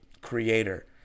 creator